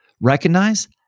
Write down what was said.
recognize